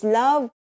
love